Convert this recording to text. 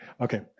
Okay